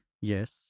Yes